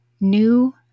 new